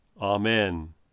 Amen